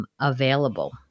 Available